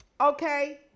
Okay